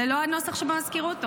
זה לא הנוסח שבמזכירות?